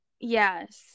Yes